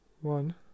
One